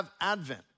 Advent